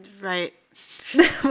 right